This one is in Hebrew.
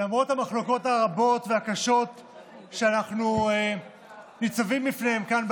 למרות המחלוקות הרבות והקשות שאנחנו ניצבים בפניהן כאן,